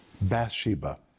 Bathsheba